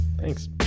Thanks